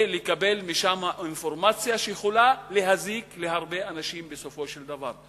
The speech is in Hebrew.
ולקבל משם אינפורמציה שיכולה להזיק להרבה אנשים בסופו של דבר?